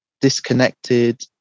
disconnected